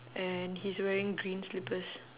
and he's wearing green slippers